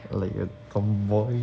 like a tomboy